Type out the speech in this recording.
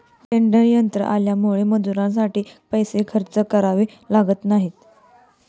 tedder यंत्र आल्यामुळे मजुरीसाठी पैसे खर्च करावे लागत नाहीत